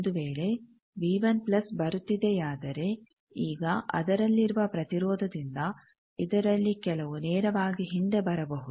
ಒಂದು ವೇಳೆ ಬರುತ್ತಿದೆಯಾದರೆ ಈಗ ಅದರಲ್ಲಿರುವ ಪ್ರತಿರೋಧದಿಂದ ಇದರಲ್ಲಿ ಕೆಲವು ನೇರವಾಗಿ ಹಿಂದೆ ಬರಬಹುದು